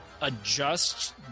adjust